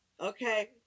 Okay